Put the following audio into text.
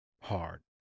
hard